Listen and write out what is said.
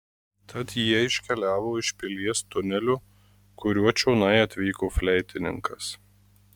tad jie iškeliavo iš pilies tuneliu kuriuo čionai atvyko fleitininkas